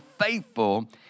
faithful